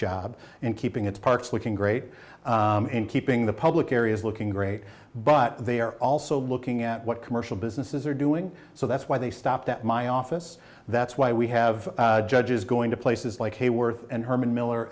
job in keeping its parks looking great and keeping the public areas looking great but they are also looking at what commercial businesses are doing so that's why they stopped at my office that's why we have judges going to places like hayworth and herman miller